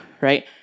right